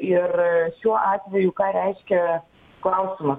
ir šiuo atveju ką reiškia klausimas